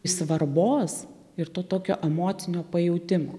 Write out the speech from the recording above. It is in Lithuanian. svarbos ir to tokio emocinio pajautimo